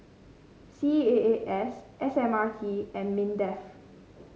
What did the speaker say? C A A S S M R T and Mindef